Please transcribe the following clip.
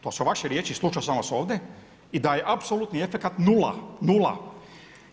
To su vaše riječi, slušao sam vas ovdje i da je apsolutni efekat nula, nula.